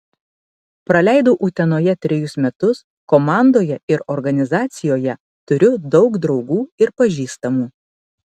praleidau utenoje trejus metus komandoje ir organizacijoje turiu daug draugų ir pažįstamų